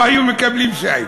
לא היו מקבלים שי.